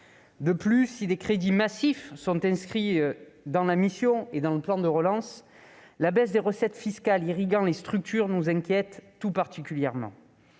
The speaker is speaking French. De plus, si des crédits massifs sont inscrits dans la mission et le plan de relance, la baisse des recettes fiscales irriguant les structures nous inquiète tout particulièrement.